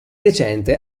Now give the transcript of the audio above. recente